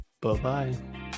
Bye-bye